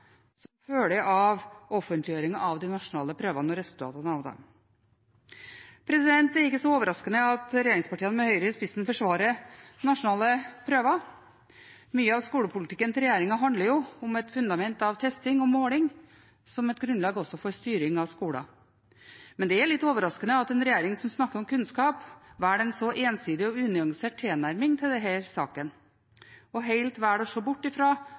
av de nasjonale prøvene og resultatene av dem. Det er ikke så overraskende at regjeringspartiene med Høyre i spissen forsvarer nasjonale prøver. Mye av skolepolitikken til regjeringen handler jo om et fundament av testing og måling som et grunnlag også for styring av skoler. Men det er litt overraskende at en regjering som snakker om kunnskap, velger en så ensidig og unyansert tilnærming til denne saken, og helt velger å se bort